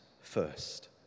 first